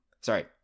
sorry